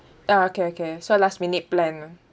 ah okay okay so last minute plan lah